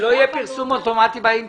שלא יהיה פרסום אוטומטי באינטרנט.